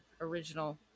original